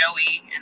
Joey